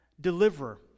deliverer